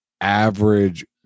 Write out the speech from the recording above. average